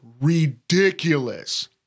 Ridiculous